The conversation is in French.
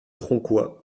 tronquoy